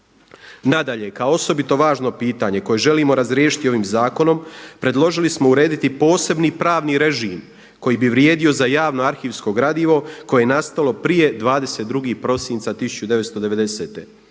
Nadalje, kao osobito važno pitanje koje želimo razriješiti ovim zakonom predložili smo urediti posebni pravni režim koji bi vrijedio za javno arhivsko gradivo koje je nastalo prije 22. prosinca 1990.